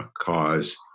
cause